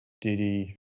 Diddy